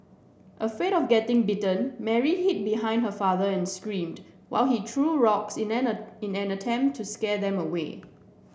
afraid of getting bitten Mary hid behind her father and screamed while he threw rocks in in an attempt to scare them away